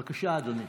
בבקשה, אדוני.